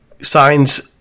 signs